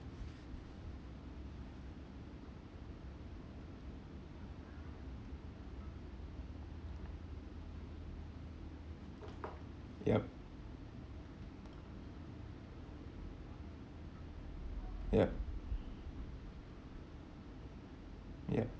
yup yup yup